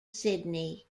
sydney